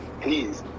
Please